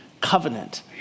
covenant